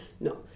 No